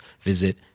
visit